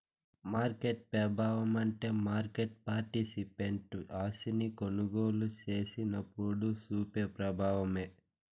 market పెబావమంటే market participant ఆస్తిని కొనుగోలు సేసినప్పుడు సూపే ప్రబావమే